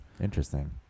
Interesting